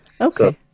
Okay